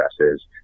addresses